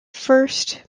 first